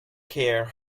care